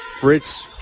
Fritz